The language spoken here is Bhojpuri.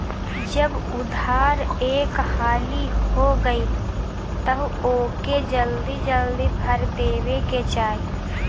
जब उधार एक हाली हो गईल तअ ओके जल्दी जल्दी भर देवे के चाही